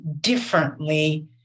differently